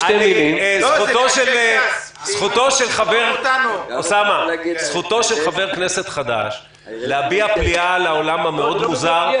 זכותו של חבר כנסת חדש להביע פליאה על העולם המאוד מוזר,